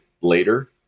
later